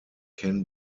can